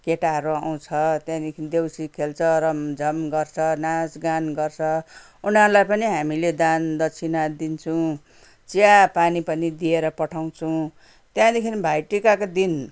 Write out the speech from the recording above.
केटाहरू आउँछ त्यहाँदेखि देउसी खेल्छ रमझम गर्छ नाचगान गर्छ उनीहरूलाई पनि हामी दान दक्षिणा दिन्छौँ चिया पानी पनि दिएर पठाउँछौँ त्यहाँदेखि भाइ टिकाको दिन